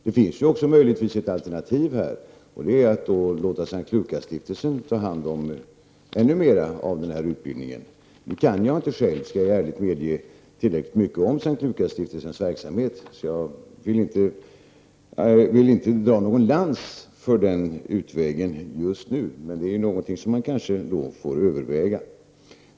Det finns möjligen även ett alternativ i detta sammanhang, nämligen att låta S:t Lukasstiftelsen ta hand om ännu mer av denna utbildning. Nu kan jag inte själv, det skall jag ärligt medge, tillräckligt mycket om S:t Lukasstiftelsens verksamhet. Därför vill jag inte dra någon lans för den utvägen just nu. Men det är kanske något som man får överväga.